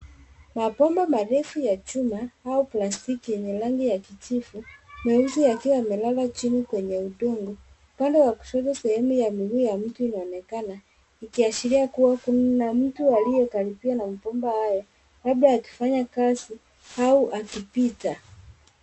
Mabomba marefu ya chuma au plastiki yenye rangi ya kijivu meusi yakiwa yamelala chini kweye udongo. Upande wa kushoto sehemu ya mguu wa mtu unaonekana, ikiashiria kuwa kuna mtu aliyekaribia na mabomba haya labda akifanya kazi au akipita.